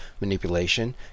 manipulation